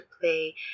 play